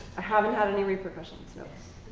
i haven't had any repercussions, no.